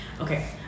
Okay